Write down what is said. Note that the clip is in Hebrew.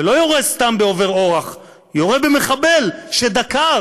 ולא יורה סתם בעובר אורח, יורה במחבל שדקר